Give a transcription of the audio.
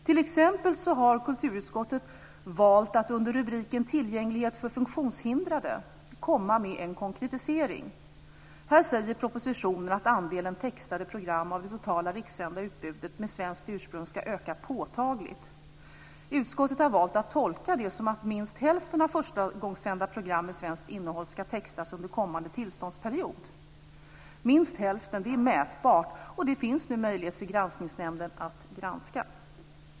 Kulturutskottet har t.ex. valt att under rubriken Tillgänglighet för funktionshindrade komma med en konkretisering. Här säger propositionen att andelen textade program av det totala rikssända utbudet med svenskt ursprung ska öka påtagligt. Utskottet har valt att tolka det som att minst hälften av förstagångssända program med svenskt innehåll ska textas under kommande tillståndsperiod. Minst hälften är mätbart, och det finns nu möjlighet för Granskningsnämnden att granska.